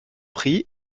prix